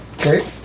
Okay